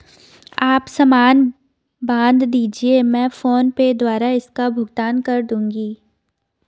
आप सामान बांध दीजिये, मैं फोन पे द्वारा इसका भुगतान कर दूंगी